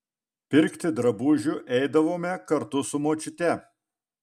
pirkti drabužių eidavome kartu su močiute